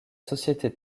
société